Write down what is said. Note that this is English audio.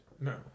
No